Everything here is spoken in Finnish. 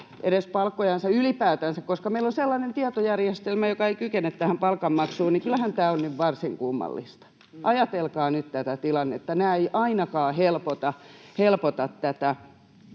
edes palkkojansa ylipäätänsä, koska meillä on sellainen tietojärjestelmä, joka ei kykene tähän palkanmaksuun. Kyllähän tämä on varsin kummallista. Ajatelkaa nyt tätä tilannetta. Nämä eivät ainakaan helpota tätä